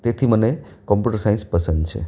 તેથી મને computer science પસંદ છે